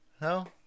No